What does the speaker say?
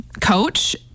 coach